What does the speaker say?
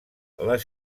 les